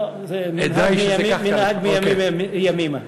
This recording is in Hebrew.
לא, זה מנהג מימים ימימה.